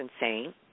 insane